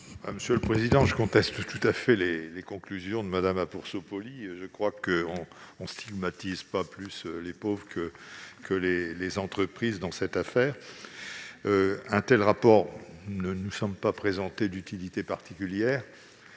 commission ? Je conteste tout à fait les conclusions de Mme Apourceau-Poly : nous ne stigmatisons pas plus les pauvres que les entreprises dans cette affaire. Un tel rapport ne nous semble pas présenter d'utilité particulière.